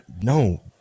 no